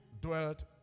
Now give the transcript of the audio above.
dwelt